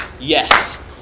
yes